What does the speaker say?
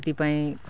ସେଥିପାଇଁ